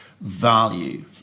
value